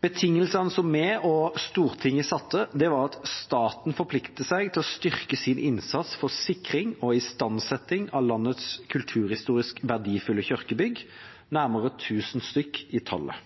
Betingelsene som vi og Stortinget satte, var at staten forplikter seg til å styrke sin innsats for sikring og istandsetting av landets kulturhistorisk verdifulle kirkebygg, nærmere 1 000 stykker i tallet.